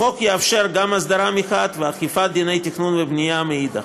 החוק יאפשר גם הסדרה מצד אחד ואכיפת דיני התכנון והבנייה מצד שני.